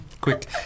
Quick